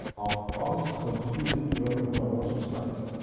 of us contributing to running our own society.